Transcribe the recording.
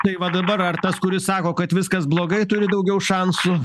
tai va dabar ar tas kuris sako kad viskas blogai turi daugiau šansų